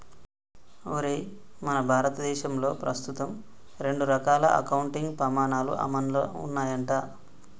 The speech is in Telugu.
ఒరేయ్ మన భారతదేశంలో ప్రస్తుతం రెండు రకాల అకౌంటింగ్ పమాణాలు అమల్లో ఉన్నాయంట